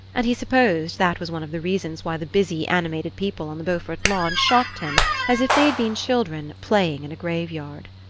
and he supposed that was one of the reasons why the busy animated people on the beaufort lawn shocked him as if they had been children playing in a grave-yard.